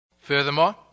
Furthermore